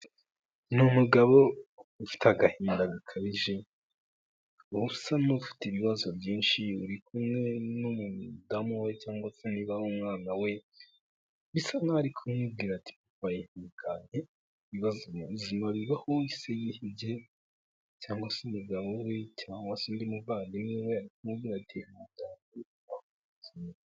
Ni umugabo ufite agahinda gakabije usa n'ufite ibibazo byinshi uri kumwe n'umudamu we cyangwa se niba umwana we bisa nk'aho arikumubwira ati wa ihangane ibibazo mubuzima bibaho ese yihebye cyangwa se umugabo we cyangwa se undi muvandimwe we ari kumubwira ati ihanagane bibaho mu buzima.